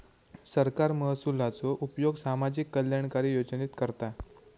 सरकार महसुलाचो उपयोग सामाजिक कल्याणकारी योजनेत करता